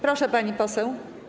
Proszę, pani poseł.